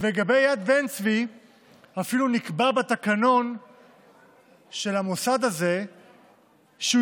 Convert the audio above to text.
לגבי יד בן-צבי אפילו נקבע בתקנון של המוסד הזה שהוא